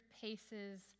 paces